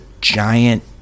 giant